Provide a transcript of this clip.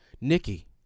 Nikki